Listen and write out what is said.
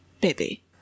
baby